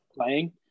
playing